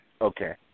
Okay